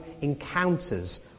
encounters